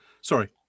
sorry